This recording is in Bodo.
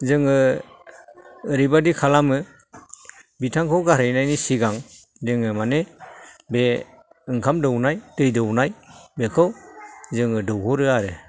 जोङो ओरैबायदि खालामो बिथांखौ गारहैनायनि सिगां जोङो मानि बे ओंखाम दौनाय दै दौनाय बेखौ जोङो दौहरो आरो